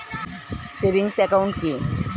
Savings account কি?